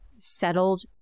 settled